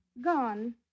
Gone